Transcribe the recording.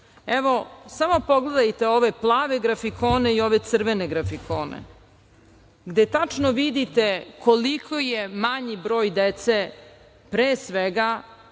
Evo, samo pogledajte ove plave grafikone i ove crvene grafikone gde tačno vidite koliko je manji broj dece, pre svega,